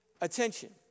attention